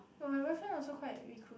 but my boyfriend also quite recluse